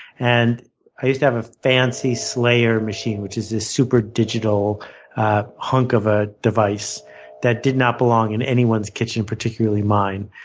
and i used to have a fancy slayer machine, which is this super digital hunk of a device that did not belong in anyone's kitchen, particularly mine.